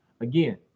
again